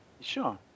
Sure